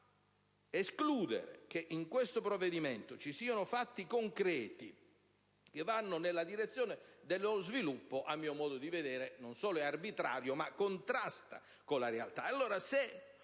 Ma escludere che in questo provvedimento ci siano fatti concreti che vanno nella direzione dello sviluppo, a mio modo di vedere, non solo è arbitrario, ma contrasta con la realtà.